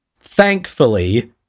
thankfully